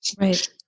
Right